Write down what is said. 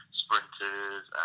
sprinters